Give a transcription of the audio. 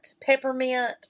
peppermint